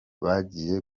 bagiye